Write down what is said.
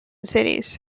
cities